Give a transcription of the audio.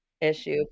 issue